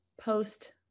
post